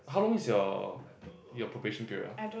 how long is your your probation period ah